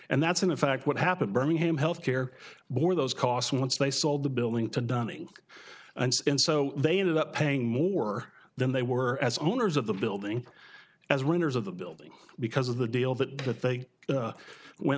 and that's in fact what happened birmingham health care or those costs once they sold the building to dunning and so they ended up paying more than they were as owners of the building as winners of the building because of the deal that they went